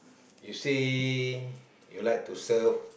you say you like to serve